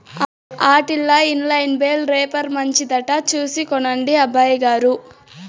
ఆటిల్ల inline bale wrapper మంచిదట చూసి కొనండి అబ్బయిగారు